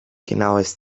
genaues